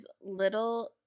little